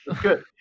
good